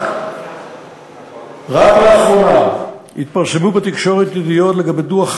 רק לאחרונה התפרסמו בתקשורת ידיעות לגבי דוח